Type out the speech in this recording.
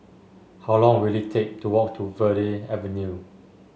how long will it take to walk to Verde Avenue